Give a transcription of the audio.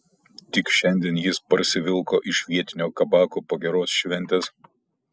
tik šiandien jis parsivilko iš vietinio kabako po geros šventės